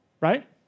Right